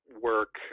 work